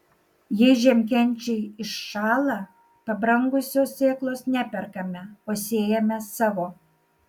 jei žiemkenčiai iššąla pabrangusios sėklos neperkame o sėjame savo